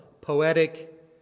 poetic